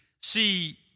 see